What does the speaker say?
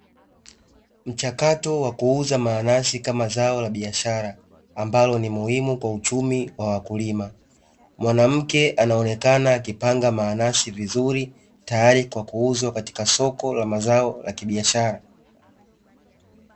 Mchakato wa kuuza mananasi kama Zao la biashara ambalo ni Muhimu kwa uchumi wa wakulima, Mwanamke anaonekana akipanga mananasi vizuri tayari kwa kuuzwa katika soko la mazao ya kibiashara.